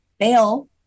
fail